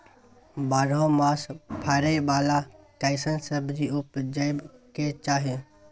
बारहो मास फरै बाला कैसन सब्जी उपजैब के चाही?